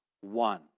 one